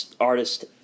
artist